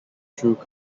through